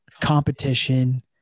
competition